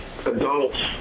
adults